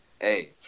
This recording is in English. Hey